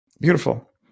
Beautiful